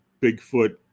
Bigfoot